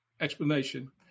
explanation